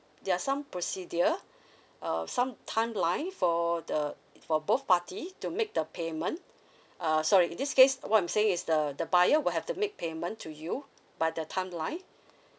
there are some procedure uh some timeline for the for both party to make the payment uh sorry in this case what I'm saying is the the buyer will have to make payment to you by the timeline